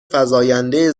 فزاینده